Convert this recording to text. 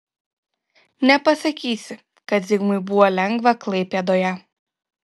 nepasakysi kad zigmui buvo lengva klaipėdoje